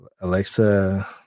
Alexa